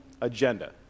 agenda